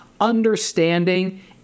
understanding